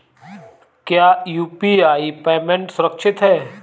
क्या UPI payment सुरक्षित है?